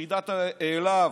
יחידת להב,